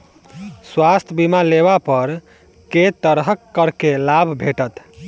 स्वास्थ्य बीमा लेबा पर केँ तरहक करके लाभ भेटत?